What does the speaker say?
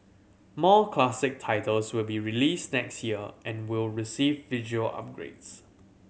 more classic titles will be released next year and will receive visual upgrades